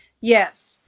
Yes